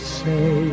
say